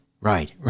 Right